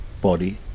body